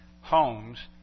homes